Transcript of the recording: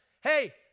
hey